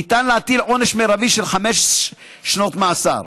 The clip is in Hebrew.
ניתן להטיל עונש מרבי של חמש שנות מאסר.